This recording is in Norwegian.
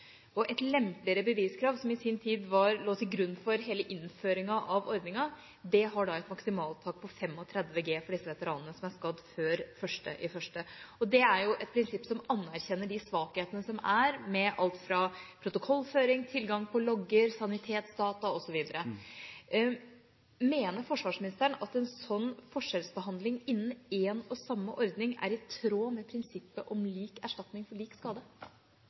Et lempeligere beviskrav, som i sin tid lå til grunn for hele innføringa av ordninga, har da et maksimaltak på 35 G for de veteranene som er skadd før 1. januar. Det er jo et prinsipp som anerkjenner de svakhetene som er, med alt fra protokollføring, tilgang på logger, sanitetsdata osv. Mener forsvarsministeren at en sånn forskjellsbehandling innen en og samme ordning er i tråd med prinsippet om lik erstatning for lik skade?